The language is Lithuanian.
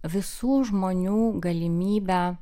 visų žmonių galimybę